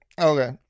Okay